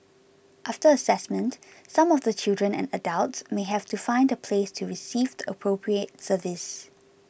after assessment some of the children and adults may have to find a place to receive the appropriate service